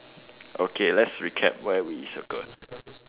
okay let's recap where we circle